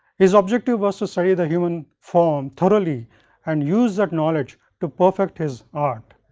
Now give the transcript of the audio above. his objective was to study the human form thoroughly and use that knowledge to perfect his art.